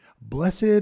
Blessed